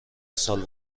سال